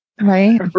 right